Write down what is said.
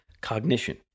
Cognition